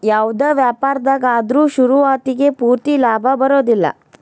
ಯಾವ್ದ ವ್ಯಾಪಾರ್ದಾಗ ಆದ್ರು ಶುರುವಾತಿಗೆ ಪೂರ್ತಿ ಲಾಭಾ ಬರೊದಿಲ್ಲಾ